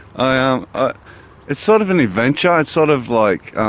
um ah it's sort of an adventure, it's sort of like